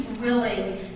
willing